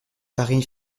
paris